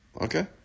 Okay